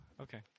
Okay